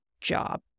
job